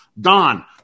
Don